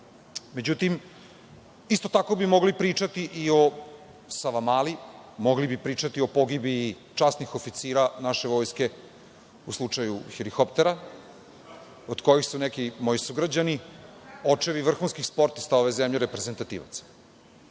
vlast.Međutim, isto tako bi mogli pričati i o Savamali, mogli bi pričati i o pogibiji časnih oficira naše vojske u slučaju helikoptera od kojih su neki moji sugrađani, očevi vrhunskih sportista ove zemlje reprezentativaca.